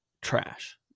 trash